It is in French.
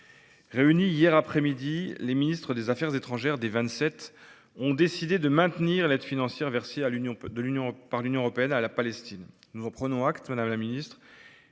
Réunis hier après-midi, les ministres des affaires étrangères des Vingt-Sept ont décidé de maintenir l’aide financière versée par l’Union européenne à la Palestine. Nous en prenons acte, madame la secrétaire